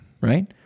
Right